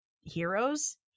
heroes